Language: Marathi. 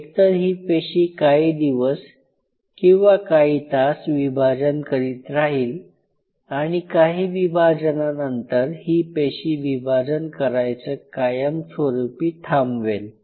एकतर ही पेशी काही दिवस किंवा काही तास विभाजन करीत राहील आणि काही विभाजनानंतर ही पेशी विभाजन करायचं कायमस्वरूपी थांबवेल